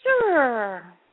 Sure